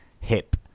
hip